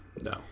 No